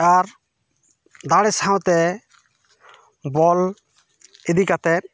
ᱟᱨ ᱫᱟᱲᱮ ᱥᱟᱶᱛᱮ ᱵᱚᱞ ᱤᱫᱤ ᱠᱟᱛᱮᱫ